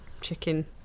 chicken